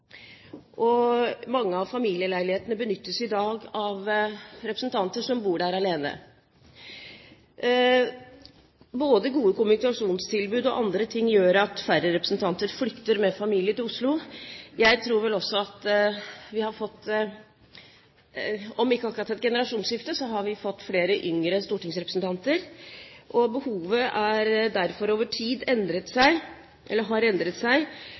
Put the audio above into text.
Mange av familieleilighetene benyttes i dag av representanter som bor alene. Både gode kommunikasjonstilbud og andre ting gjør at færre representanter flytter med familie til Oslo. Vi har også fått om ikke akkurat et generasjonsskifte, så i hvert fall flere yngre stortingsrepresentanter. Behovet har derfor over tid endret seg